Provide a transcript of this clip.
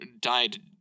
died